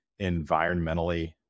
environmentally